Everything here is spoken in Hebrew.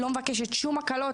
לא מבקשת שום הקלות.